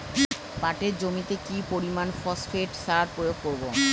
পাটের জমিতে কি পরিমান ফসফেট সার প্রয়োগ করব?